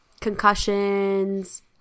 concussions